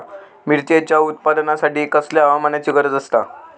मिरचीच्या उत्पादनासाठी कसल्या हवामानाची गरज आसता?